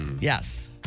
Yes